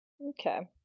Okay